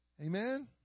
Amen